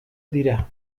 dira